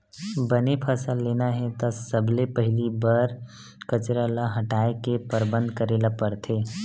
बने फसल लेना हे त सबले पहिली बन कचरा ल हटाए के परबंध करे ल परथे